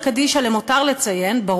אמו.